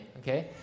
okay